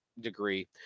degree